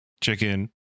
chicken